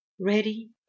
ready